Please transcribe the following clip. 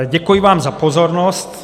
Děkuji vám za pozornost.